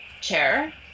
chair